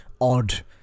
odd